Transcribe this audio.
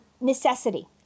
necessity